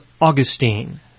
Augustine